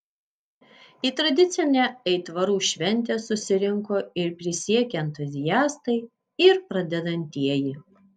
į tradicinę aitvarų šventę susirinko ir prisiekę entuziastai ir pradedantieji